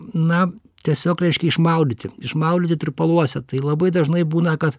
na tiesiog reiškia išmaudyti išmaudyti tirpaluose tai labai dažnai būna kad